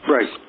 Right